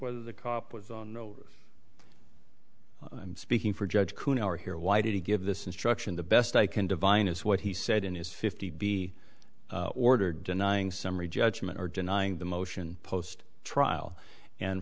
whether the cop was i'm speaking for judge kuhn or here why did he give this instruction the best i can divine is what he said in his fifty be order denying summary judgement or denying the motion post trial and